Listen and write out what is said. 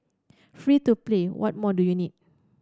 free to play what more do you need